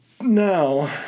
Now